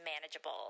manageable